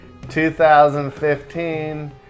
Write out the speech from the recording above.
2015